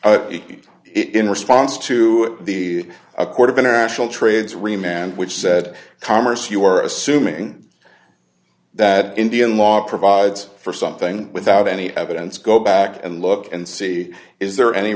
it in response to the accord of international trades re man which said commerce you are assuming that indian law provides for something without any evidence go back and look and see is there any